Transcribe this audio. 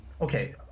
Okay